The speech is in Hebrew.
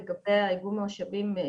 לגבי איגום המשאבים.